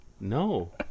No